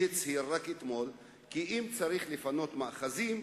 שהצהיר רק אתמול כי אם צריך לפנות מאחזים,